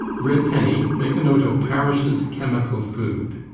redpenny make a note of parrish's chemical food.